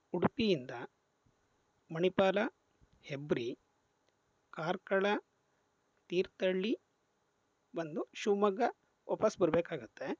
ಉಡುಪಿಯಿಂದ ಮಣಿಪಾಲ ಹೆಬ್ರಿ ಕಾರ್ಕಳ ತೀರ್ಥಳ್ಳಿ ಬಂದು ಶಿವಮೊಗ್ಗ ವಾಪಸ್ ಬರಬೇಕಾಗತ್ತೆ